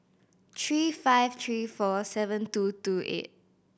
three five three four seven two two eight